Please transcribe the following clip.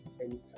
anytime